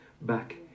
back